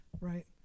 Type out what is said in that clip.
right